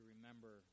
remember